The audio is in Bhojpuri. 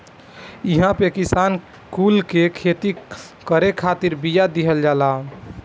इहां पे किसान कुल के खेती करे खातिर बिया दिहल जाला